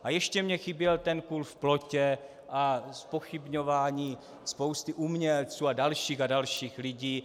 A ještě mi chyběl ten kůl v plotě a zpochybňování spousty umělců a dalších a dalších lidí.